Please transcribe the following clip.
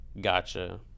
gotcha